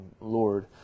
Lord